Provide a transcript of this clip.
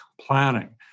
planning